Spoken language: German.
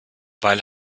weil